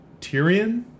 Tyrion